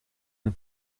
een